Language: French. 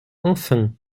enfin